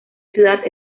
ciudad